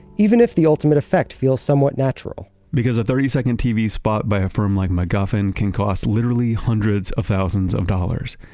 even if the ultimate effect feels somewhat natural because a thirty second tv spot by a firm like macguffin can cost literally hundreds of thousands of dollars.